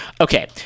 Okay